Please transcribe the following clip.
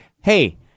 hey